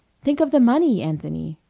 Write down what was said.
think of the money, anthony!